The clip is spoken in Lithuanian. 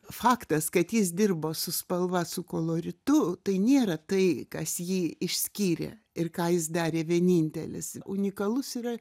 faktas kad jis dirbo su spalva su koloritu tai nėra tai kas jį išskyrė ir ką jis darė vienintelis unikalus yra